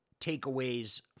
takeaways